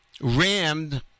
rammed